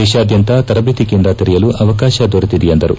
ದೇಶಾದ್ಯಂತ ತರದೇತಿ ಕೇಂದ್ರ ತೆರೆಯಲು ಅವಕಾಶ ದೊರೆತಿದೆ ಎಂದರು